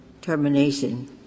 termination